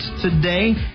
today